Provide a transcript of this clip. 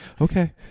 Okay